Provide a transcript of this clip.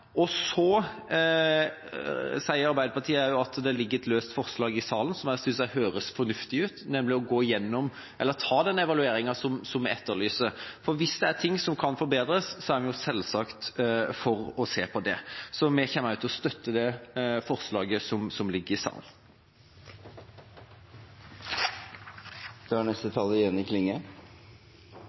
Arbeiderpartiet sier at det også foreligger et løst forslag, som jeg synes høres fornuftig ut, nemlig om å ta den evalueringen som vi etterlyser. Hvis det er ting som kan forbedres, er vi selvsagt for å se på det, og vi kommer også til å støtte det forslaget. Vi i Senterpartiet er opptekne av at folk i